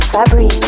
Fabri